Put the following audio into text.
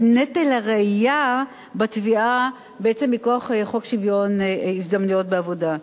נטל הראיה בתביעה מכוח חוק שוויון הזדמנויות בעבודה.